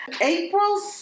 April